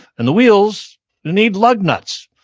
and the wheels need lug nuts.